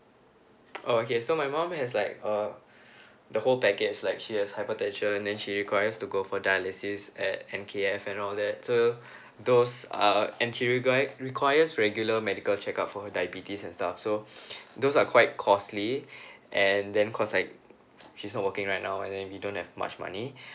oh okay so my mum has like uh the whole package like she has hypertension then she requires to go for dialysis at N_K_F and all that so those are and do you guys requires regular medical check up for her diabetes and stuff so those are quite costly and then cause like she's not working right now and then we don't have much money